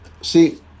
See